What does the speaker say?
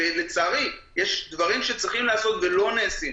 לצערי, יש דברים שצריכים לעשות והם לא נעשים.